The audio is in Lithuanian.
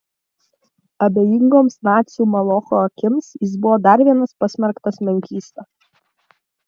abejingoms nacių molocho akims jis buvo dar vienas pasmerktas menkysta